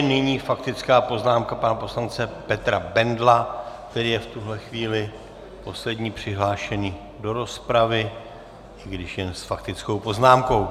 Nyní faktická poznámka pana poslance Petra Bendla, který je v tuto chvíli poslední přihlášený do rozpravy, i když jen s faktickou poznámkou.